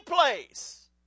place